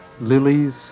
Lilies